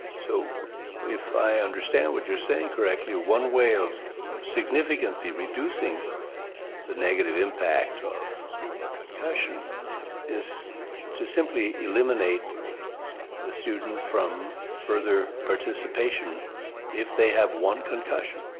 so if i understand what you are saying correctly one way of significantly reducing the negative impacts of a concussion is to simply eliminate the student from further participation if they have one concussion.